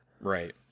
Right